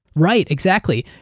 right, exactly.